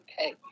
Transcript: okay